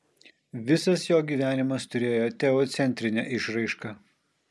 visas jo gyvenimas turėjo teocentrinę išraišką